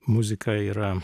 muziką yra